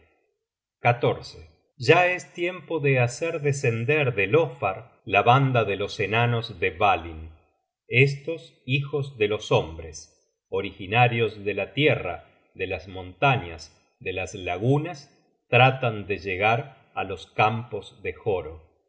eikinskialde ya es tiempo de hacer descender delofar la banda de los enanos de dvalinn estos hijos de los hombres originarios de la tierra de las montañas de las lagunas tratan de llegar á los campos de joro